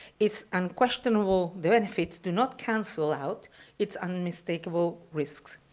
its unquestionable benefits do not cancel out its unmistakable risks.